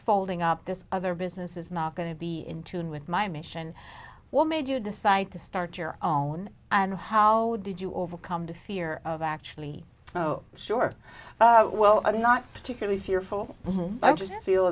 folding up this other business is not going to be in tune with my mission what made you decide to start your own and how did you overcome the fear of actually oh sure well i'm not particularly fearful i just feel